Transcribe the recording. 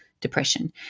depression